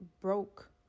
Broke